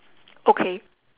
okay